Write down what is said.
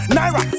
Naira